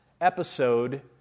episode